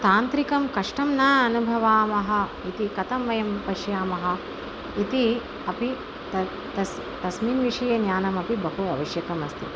तान्त्रिकं कष्टं न अनुभवामः इति कथं वयं पश्यामः इति अपि त तस् तस्मिन् विषये ज्ञानमपि बहु आवश्यकम् अस्ति